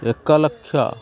ଏକ ଲକ୍ଷ